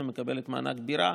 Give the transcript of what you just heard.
היא מקבלת מענק בירה,